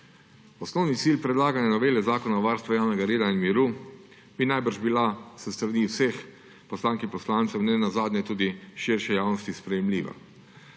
Osnovni cilj predlagane novele Zakona o varstvu javnega reda in miru bi najbrž bil s strani vseh poslank in poslancev, nenazadnje tudi širše javnosti, sprejemljiv.